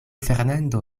fernando